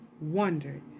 wondered